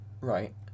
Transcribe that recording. Right